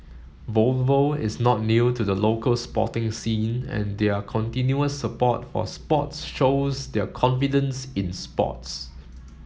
Volvo is not new to the local sporting scene and their continuous support for sports shows their confidence in sports